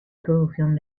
producción